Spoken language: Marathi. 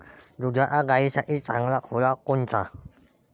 दुधाच्या गायीसाठी चांगला खुराक कोनचा?